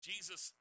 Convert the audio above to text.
Jesus